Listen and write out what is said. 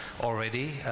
already